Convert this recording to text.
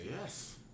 Yes